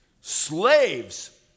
Slaves